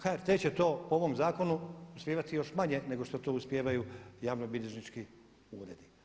HRT će to po ovom zakonu uspijevati još manje nego što to uspijevaju javnobilježnički uredi.